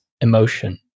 emotion